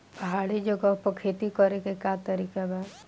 पहाड़ी जगह पर खेती करे के का तरीका बा?